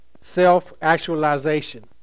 self-actualization